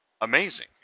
amazing